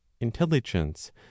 Intelligence